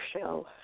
show